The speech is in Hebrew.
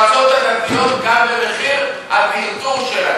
צריכים לממן את המועצות הדתיות גם במחיר הטרטור שלהם.